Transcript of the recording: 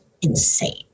insane